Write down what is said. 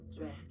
back